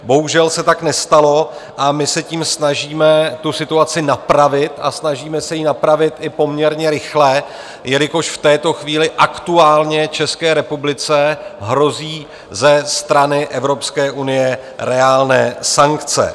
Bohužel se tak nestalo, my se tím snažíme tu situaci napravit a snažíme se ji napravit i poměrně rychle, jelikož v této chvíli aktuálně České republice hrozí ze strany Evropské unie reálné sankce.